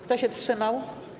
Kto się wstrzymał?